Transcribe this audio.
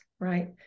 right